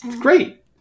great